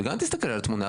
וגם יסתכלו על התמנה.